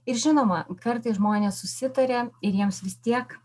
ir žinoma kartais žmonės susitaria ir jiems vis tiek